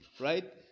right